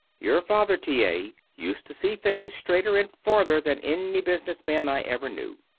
your father, t. a, used to see things straighter and farther than any business man i ever knew.